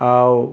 ଆଉ